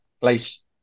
place